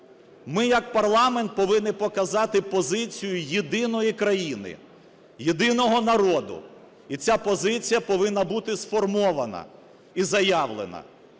Ми як парламент повинні показати позицію єдиної країни, єдиного народу, і ця позиція повинна бути сформована і заявлена.